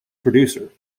producer